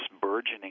burgeoning